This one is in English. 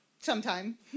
sometime